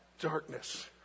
darkness